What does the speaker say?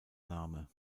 name